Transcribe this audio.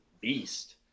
beast